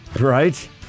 Right